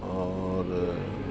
और